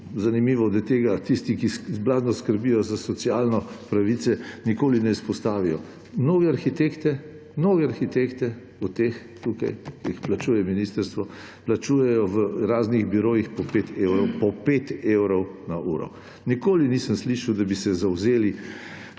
zanimivo, da tega tisti, ki blazno skrbijo za socialne pravice, nikoli ne izpostavijo –, mnoge arhitekte od teh tukaj, ki jih plačuje ministrstvo, plačujejo v raznih birojih po 5 evrov na uro. Nikoli nisem slišal, da bi se zavzeli